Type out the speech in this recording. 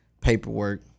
Paperwork